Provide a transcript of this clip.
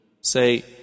Say